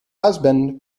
husband